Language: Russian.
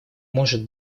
может